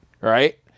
right